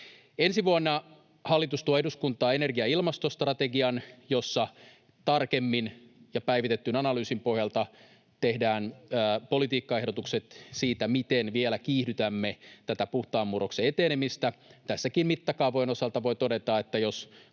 Ensi vuonna hallitus tuo eduskuntaan energia- ja ilmastostrategian, jossa tarkemmin ja päivitetyn analyysin pohjalta tehdään politiikkaehdotukset siitä, miten vielä kiihdytämme tätä puhtaan murroksen etenemistä. Tässäkin mittakaavojen osalta voi todeta, että jos